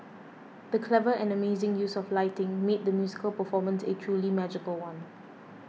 the clever and amazing use of lighting made the musical performance a truly magical one